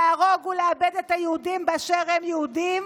להרוג ולאבד את היהודים באשר הם יהודים.